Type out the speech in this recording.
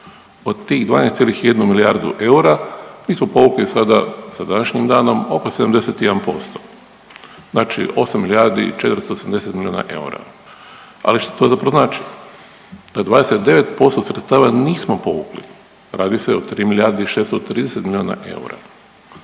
Od tih 12,1 milijardu eura mi smo povukli sada sa današnjim danom oko 71%. Znači 8 milijardi i 480 milijuna eura. Ali što to zapravo znači? Da 29% sredstava nismo povukli, radi se o 3 milijarde i 630 milijona eura.